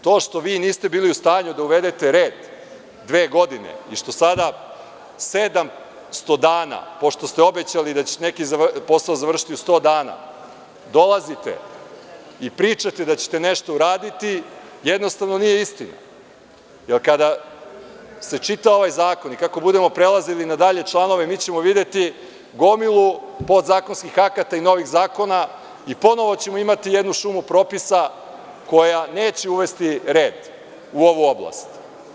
To što vi niste bili u stanju da uvedete red dve godine i što sada sedamsto dana, pošto ste obećali da ćete neki posao završiti u sto dana, dolazite i pričate da ćete nešto uraditi, jednostavno nije istina, jer kada se čita ovaj zakon i kako budemo prelazili na dalje članove, mi ćemo videti gomilu podzakonskih akata i novih zakona i ponovo ćemo imati jednu šumu propisa koja neće uvesti red u ovu oblast.